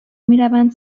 میروند